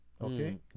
okay